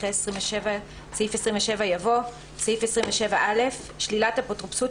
אחרי סעיף 27 יבוא: "שלילת אפוטרופסות